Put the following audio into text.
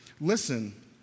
Listen